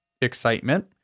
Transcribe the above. excitement